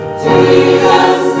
Jesus